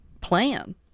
plan